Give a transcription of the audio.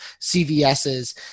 CVS's